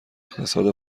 اقتصاد